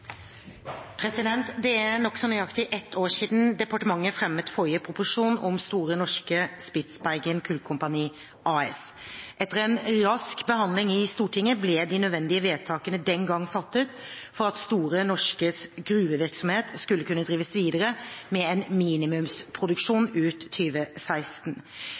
nokså nøyaktig ett år siden departementet fremmet forrige proposisjon om Store Norske Spitsbergen Kulkompani AS. Etter en rask behandling i Stortinget ble de nødvendige vedtakene den gang fattet for at Store Norskes gruvevirksomhet skulle kunne drives videre med minimumsproduksjon ut